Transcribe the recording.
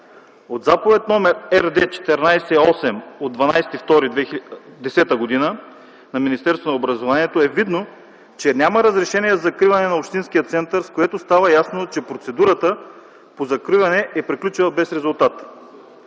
От заповед № РД 14-8 от 12.02.2010 г. на Министерството на образованието е видно, че няма разрешение за закриване на Общинския център, от което става ясно, че процедурата по закриване е приключила без резултат.